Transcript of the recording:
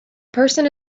person